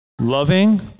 loving